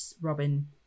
Robin